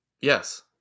Yes